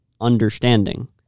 understanding